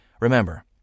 Remember